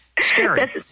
scary